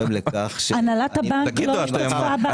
הנהלת הבנק לא השתתפה בהפגנות.